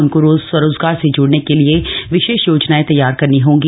उनको स्वरोजगार से जुड़ने के लिए विशेष योजनाएं तैयार करनी होंगी